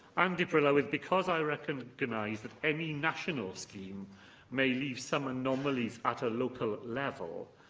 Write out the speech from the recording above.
and, dirprwy lywydd, because i recognise that any national scheme may leave some anomalies at a local level,